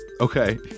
okay